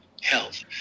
health